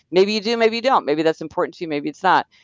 maybe you do. maybe you don't maybe that's important to you. maybe it's not.